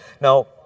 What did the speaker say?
Now